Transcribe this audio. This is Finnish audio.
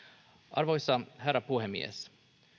arvoisa herra puhemies